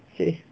save